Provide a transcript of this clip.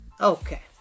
Okay